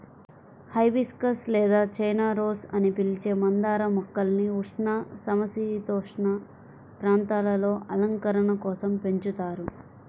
hibiscus లేదా China rose అని పిలిచే మందార మొక్కల్ని ఉష్ణ, సమసీతోష్ణ ప్రాంతాలలో అలంకరణ కోసం పెంచుతారు